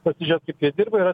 pasižiūrėt kaip jie dirba yra